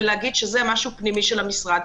ולומר שזה משהו פנימי של המשרד.